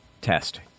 test